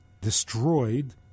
destroyed